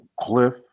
Cliff